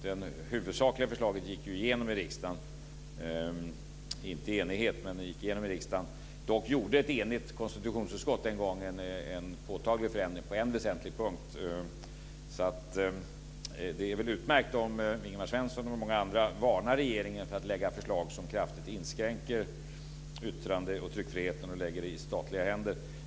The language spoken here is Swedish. Det huvudsakliga förslaget gick ju igenom i riksdagen - inte i enighet men det gick igenom. Dock gjorde ett enigt konstitutionsutskott den gången en påtaglig förändring på en väsentlig punkt. Så det är väl utmärkt om Ingvar Svensson och många andra varnar regeringen för att lägga fram förslag som kraftigt inskränker yttrande och tryckfriheten och lägger den i statliga händer.